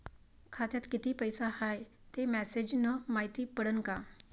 खात्यात किती पैसा हाय ते मेसेज न मायती पडन का?